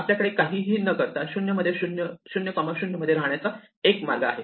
आपल्याकडे काहीही न करता 00 मध्ये राहण्याचा 1 मार्ग आहे